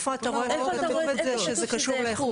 איפה אתה רואה שכתוב שזה קשור לאיכות?